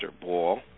Ball